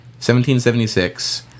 1776